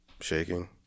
shaking